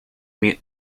mute